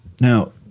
Now